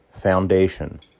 Foundation